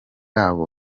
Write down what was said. abo